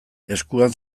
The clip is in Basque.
eskuan